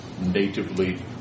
natively